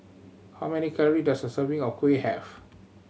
how many calorie does a serving of kuih have